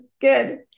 Good